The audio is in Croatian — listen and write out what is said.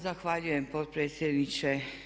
Zahvaljujem potpredsjedniče.